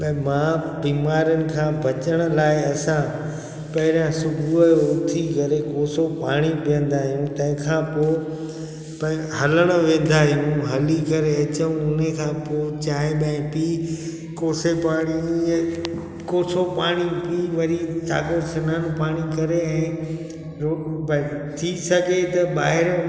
भई मां बीमारियुनि खां बचण लाइ असां पहिरियां सुबुह जो उथी करे कोसो पाणी पीअंदा आहियूं तंहिंखां पोइ हलणु वेंदा आहियूं हली करे अचूं उन ई खां पोइ चांहि वांहि पी कोसे पाणीअ कोसो पाणी पी वरी साॻियो सनानु पाणी करे ऐं रो भई थी सघे त ॿाहिरियो